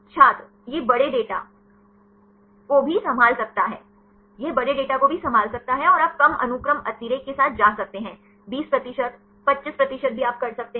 छात्र यह बड़े डेटा को भी संभाल सकता है यह बड़े डेटा सेट को भी संभाल सकता है और आप कम अनुक्रम अतिरेक के साथ जा सकते हैं 20 प्रतिशत 25 प्रतिशत भी आप कर सकते हैं